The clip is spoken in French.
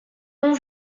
ont